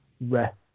rest